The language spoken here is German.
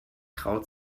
traut